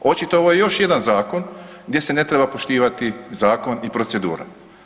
Očito je ovo još jedan zakon gdje se ne treba poštivati zakon i procedura.